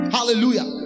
Hallelujah